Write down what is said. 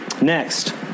Next